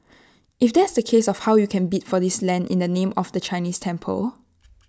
if that is the case how can you bid for this land in the name of A Chinese temple